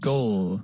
Goal